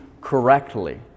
correctly